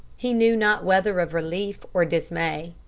he knew not whether of relief or dismay.